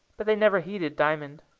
but they never heeded diamond.